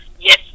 yes